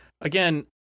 Again